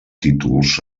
títols